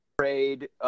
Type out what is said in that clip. trade